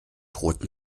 roten